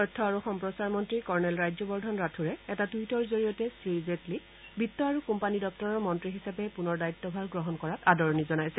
তথ্য আৰু সম্প্ৰচাৰ মন্ত্ৰী কৰ্ণেল ৰাজ্যবৰ্ধন ৰাথোৰে এটা টুইটৰ জৰিয়তে শ্ৰীজেটলীক বিত্ত আৰু কোম্পানী দপুৰৰ মন্ত্ৰী হিচাপে পুনৰ দায়িত্বভাৰ গ্ৰহণ কৰাত আদৰণি জনাইছে